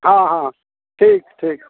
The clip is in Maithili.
हँ हँ ठीक ठीक